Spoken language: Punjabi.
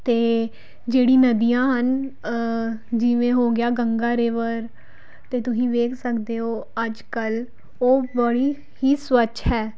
ਅਤੇ ਜਿਹੜੀ ਨਦੀਆਂ ਹਨ ਜਿਵੇਂ ਹੋ ਗਿਆ ਗੰਗਾ ਰਿਵਰ ਅਤੇ ਤੁਸੀਂ ਵੇਖ ਸਕਦੇ ਹੋ ਅੱਜ ਕੱਲ੍ਹ ਉਹ ਬਣੀ ਹੀ ਸਵੱਛ ਹੈ